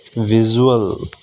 visual